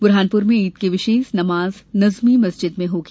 बुरहानपुर में ईद की विशेष नवाज नज़मी मस्ज़द में होगी